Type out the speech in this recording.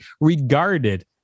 regarded